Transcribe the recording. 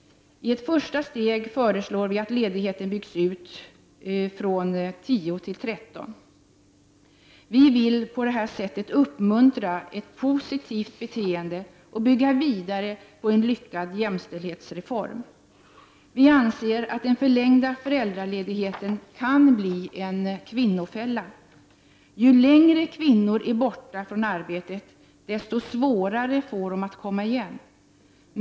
I ett första steg föreslår vi att ledigheten byggs ut från 10 till 13 dagar. Vi vill på detta sätt uppmuntra ett positivt beteende och bygga vidare på en lyckad jämställdhetsreform. Vi anser att den förlängda föräldraledigheten kan bli en kvinnofälla. Ju längre kvinnor är borta från arbetet, desto svårare får de att komma igen.